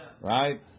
Right